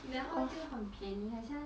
then hor 就很便宜好像 xiang